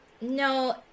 no